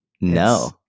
No